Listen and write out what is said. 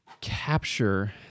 capture